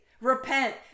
Repent